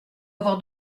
avoir